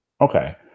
Okay